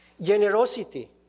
generosity